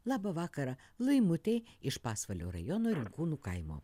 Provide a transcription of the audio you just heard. labą vakarą laimutei iš pasvalio rajono rinkūnų kaimo